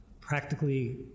Practically